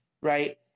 Right